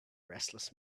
restless